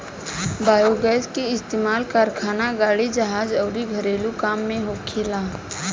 biogas के इस्तमाल कारखाना, गाड़ी, जहाज अउर घरेलु काम में होखेला